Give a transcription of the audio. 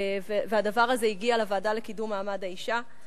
והדבר הזה הגיע לוועדה לקידום מעמד האשה.